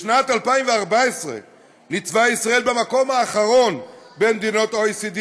בשנת 2014 ניצבה ישראל במקום האחרון בין מדינות ה-OECD